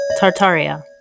Tartaria